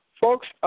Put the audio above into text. folks